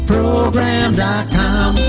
Program.com